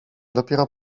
dopiero